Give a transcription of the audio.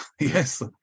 Yes